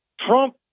Trump